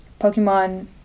Pokemon